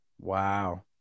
Wow